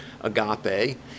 agape